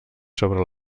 sobre